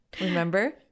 Remember